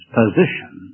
position